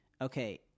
okay